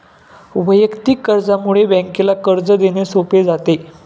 वैयक्तिक कर्जामुळे बँकेला कर्ज देणे सोपे जाते